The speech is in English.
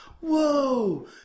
whoa